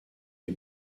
les